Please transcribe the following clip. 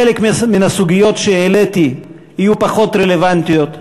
חלק מן הסוגיות שהעליתי יהיו פחות רלוונטיות,